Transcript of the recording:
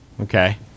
Okay